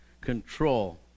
control